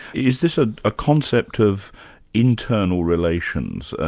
is this a ah concept of internal relations?